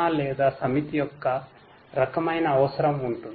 learning సమితి యొక్క రకమైన అవసరం ఉంటుంది